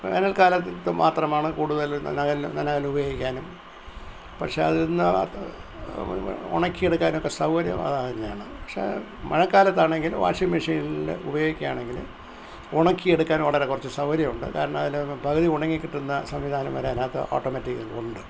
വേനൽക്കാലത്തതു മാത്രമാണ് കൂടുതൽ നനകല്ല് നനകല്ല് ഉപയോഗിക്കാനും പക്ഷെ അതിന്ന് ഉണക്കിയെടുക്കാനൊക്കെ സൗകര്യം അതു തന്നെയാണ് പക്ഷേ മഴക്കാലത്താണെങ്കിൽ വാഷിങ് മെഷീനിൽ ഉപയോഗിക്കുകയാണെങ്കിൽ ഉണക്കിയെടുക്കാൻ വളരെ കുറച്ചു സൗകര്യമുണ്ട് കാരണം അതിൽ പ പകുതി ഉണങ്ങി കിട്ടുന്ന സംവിധാനം വരെ അതിനകത്ത് ഓട്ടോമാറ്റിക്ക് ഉണ്ട്